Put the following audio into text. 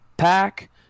Pack